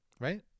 Right